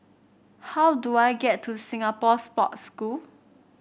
how do I get to Singapore Sports School